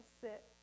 sit